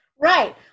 Right